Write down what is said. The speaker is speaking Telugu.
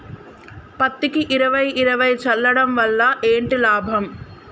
పత్తికి ఇరవై ఇరవై చల్లడం వల్ల ఏంటి లాభం?